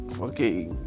okay